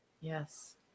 Yes